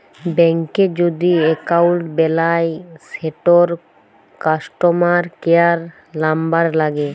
ব্যাংকে যদি এক্কাউল্ট বেলায় সেটর কাস্টমার কেয়ার লামবার ল্যাগে